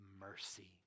mercy